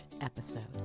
episode